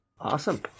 Awesome